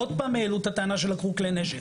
עוד פעם העלו את הטענה שלקחו כלי נשק,